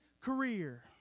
career